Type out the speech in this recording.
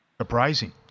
Surprising